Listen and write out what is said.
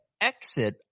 exit